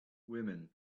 women